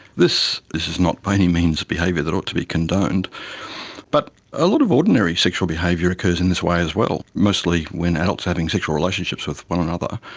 this this is not by any means behaviour that ought to be condoned but a lot of ordinary sexual behaviour occurs in this way as well. mostly when adults are having sexual relationships with one another,